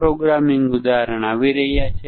programme unit સામાન્ય રીતે કાર્ય છે